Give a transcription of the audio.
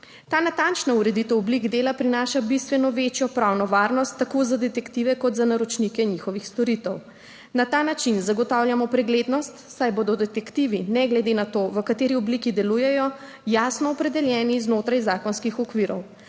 Ta natančna ureditev oblik dela prinaša bistveno večjo pravno varnost tako za detektive kot za naročnike njihovih storitev. Na ta način zagotavljamo preglednost, saj bodo detektivi ne glede na to, v kateri obliki delujejo, jasno opredeljeni znotraj zakonskih okvirov.